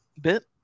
Bit